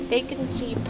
Vacancy